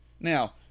Now